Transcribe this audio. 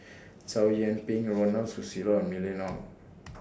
Chow Yian Ping Ronald Susilo and Mylene Ong